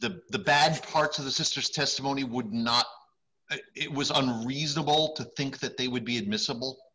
the bad parts of the sister's testimony would not it was unreasonable to think that they would be admissible